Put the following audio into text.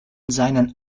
seinen